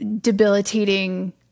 debilitating